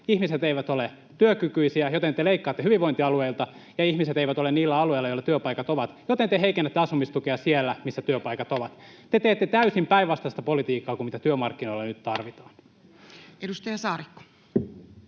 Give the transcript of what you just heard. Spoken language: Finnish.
Ihmiset eivät ole työkykyisiä, joten te leikkaatte hyvinvointialueilta. Ja ihmiset eivät ole niillä alueilla, joilla työpaikat ovat, joten te heikennätte asumistukea siellä, missä työpaikat ovat. Te teette täysin päinvastaista politiikkaa kuin mitä työmarkkinoilla nyt tarvitaan. Edustaja Saarikko.